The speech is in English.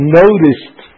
noticed